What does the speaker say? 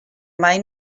mai